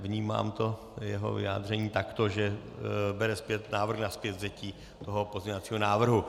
Vnímám to jeho vyjádření takto, že bere zpět návrh na zpětvzetí toho pozměňovacího návrhu.